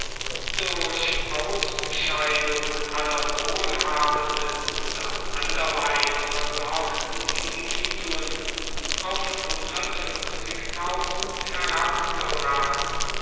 durch ausscheidung aller wohlhabenden oder anderweit versorgten individuen auf